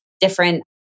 different